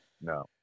No